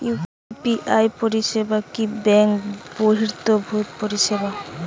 UPI পরিসেবা কি bank বর্হিভুত পরিসেবা?